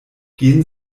gehen